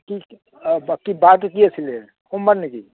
কি কি বাৰটো কি আছিলে সোমবাৰ নেকি